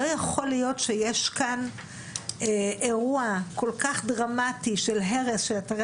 לא יכול להיות שיש כאן אירוע כל כך דרמטי של הרס של אתרי